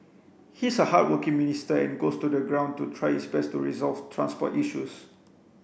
he's a hardworking minister and goes to the ground to try his best to resolve transport issues